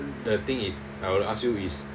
the thing is I want to ask you is